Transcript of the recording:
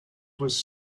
was